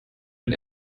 den